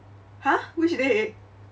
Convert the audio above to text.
!huh! which day